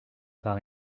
par